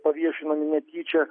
paviešinami netyčia